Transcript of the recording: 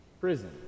Prison